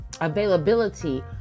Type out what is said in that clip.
availability